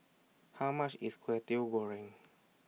How much IS Kwetiau Goreng